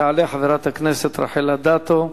תעלה חברת הכנסת רחל אדטו,